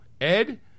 Ed